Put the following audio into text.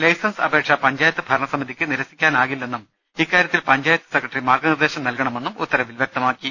licence അപേക്ഷ പഞ്ചായത്ത് ഭരണ സമിതിക്ക് നിരസിക്കാനാകില്ലെന്നും ഇക്കാര്യത്തിൽ പഞ്ചായത്ത് സെക്ര ട്ടറി മാർഗ്ഗ നിർദ്ദേശം നൽകണമെന്നും ഉത്തരവിൽ വ്യക്തമാക്കി